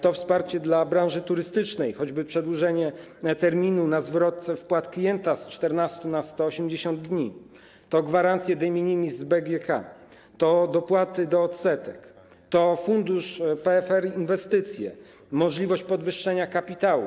To wsparcie dla branży turystycznej, choćby przedłużenie terminu na zwrot wpłat klienta z 14 na 180 dni, to gwarancje de minimis z BGK, to dopłaty do odsetek, to fundusz PFR Inwestycje, możliwość podwyższenia kapitału.